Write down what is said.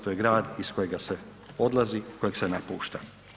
To je grad iz kojega se odlazi, kojeg se napušta.